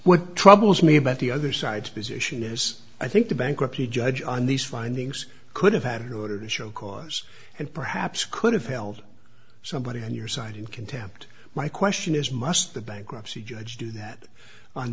would troubles me about the other side's position is i think the bankruptcy judge on these findings could have had an order to show cause and perhaps could have held somebody on your side in contempt my question is must the bankruptcy judge do that on